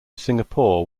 singapore